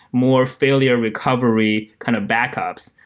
more failure recovery kind of backups.